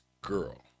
girl